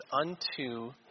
unto